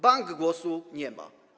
Bank głosu nie ma.